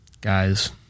guys